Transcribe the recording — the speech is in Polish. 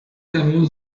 temu